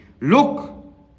look